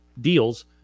deals